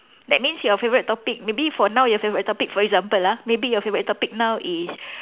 that means your favourite topic maybe for now your favorite topic for example lah maybe your favourite topic now is